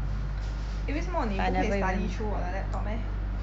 eh 为什么你不可以 study through 我的 laptop meh